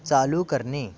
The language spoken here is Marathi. चालू करणे